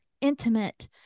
intimate